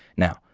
now,